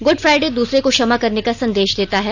good Friday दूसरे को क्षमा करने का संदेष देता है